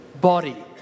body